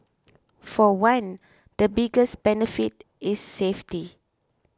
for one the biggest benefit is safety